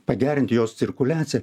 pagerinti jos cirkuliaciją